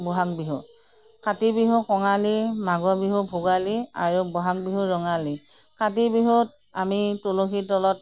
বহাগ বিহু কাতি বিহু কঙালী মাঘৰ বিহু ভোগালী আৰু বহাগ বিহু ৰঙালী কাতি বিহুত আমি তুলসীৰ তলত